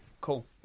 cool